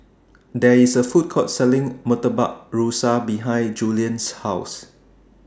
There IS A Food Court Selling Murtabak Rusa behind Juliann's House